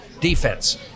defense